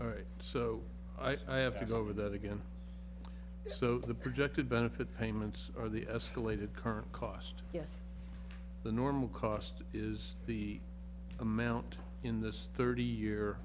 know so i have to go over that again so the projected benefit payments or the escalated current cost yes the normal cost is the amount in this thirty year